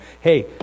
Hey